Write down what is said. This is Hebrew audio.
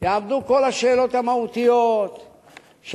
יעמדו כל השאלות המהותיות של,